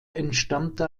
entstammte